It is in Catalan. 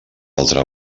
altra